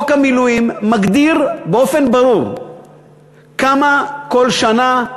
חוק המילואים מגדיר באופן ברור כמה כל שנה,